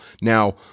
Now